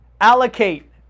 allocate